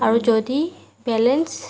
আৰু যদি বেলেঞ্চ